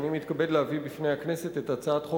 אני מתכבד להביא בפני הכנסת תיקון לחוק